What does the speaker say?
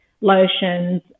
lotions